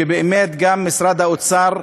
שבאמת גם משרד האוצר,